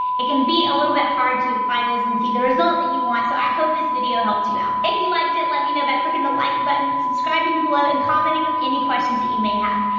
it can be a little bit hard to apply those and see the result that you want, so i hope this video helps you out. if you liked it, let me know by clicking the like button, subscribing below and commenting with any questions that you may have.